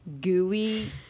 gooey